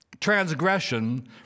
transgression